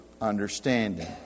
understanding